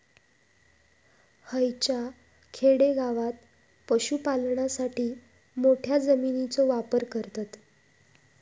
हयच्या खेडेगावात पशुपालनासाठी मोठ्या जमिनीचो वापर करतत